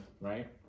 Right